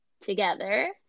together